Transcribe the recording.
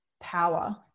power